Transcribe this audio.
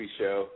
show